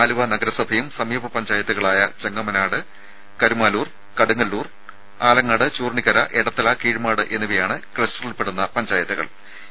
ആലുവ നഗരസഭയും സമീപ പഞ്ചായത്തുകളായ ചെങ്ങമനാട് കരുമാലൂർ കടുങ്ങല്ലൂർ ആലങ്ങാട് ചൂർണിക്കര എടത്തല കീഴ്മാട് എന്നിവയാണ് ക്ലസ്റ്ററിൽപ്പെടുന്ന പ്രദേശങ്ങൾ